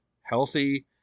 healthy